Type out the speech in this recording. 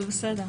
זה בסדר.